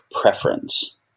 preference